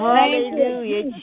Hallelujah